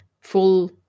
full